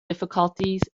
difficulties